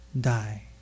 die